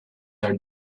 are